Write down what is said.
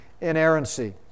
Inerrancy